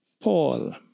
Paul